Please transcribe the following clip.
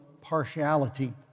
partiality